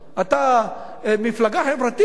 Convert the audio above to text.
אתה מפלגה חברתית,